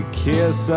kiss